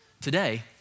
Today